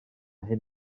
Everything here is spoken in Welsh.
hyn